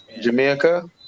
Jamaica